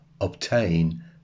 obtain